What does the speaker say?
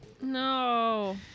No